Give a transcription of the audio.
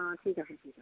অ ঠিক আছে ঠিক আছে